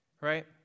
Right